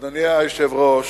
אדוני היושב-ראש,